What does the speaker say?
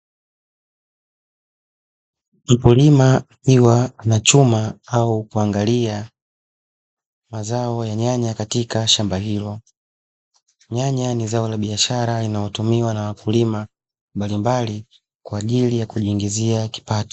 Mkulima akiwa anachuma au kuangalia mazao ya nyanya katika shamba hilo. Nyanya ni zao la biashara linalotumiwa na wakulima mbalimbali kwa ajili ya kujiingizia kipato.